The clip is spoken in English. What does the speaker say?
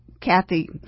Kathy